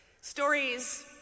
Stories